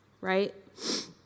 right